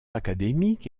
académique